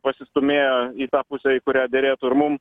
pasistūmėjo į tą pusę į kurią derėtų ir mum